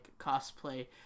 cosplay